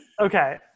Okay